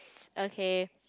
okay